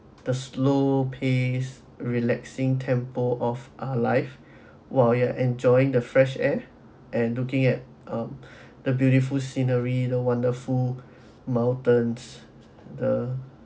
the slow pace relaxing tempo of ah life while you're enjoying the fresh air and looking at uh the beautiful scenery the wonderful mountains the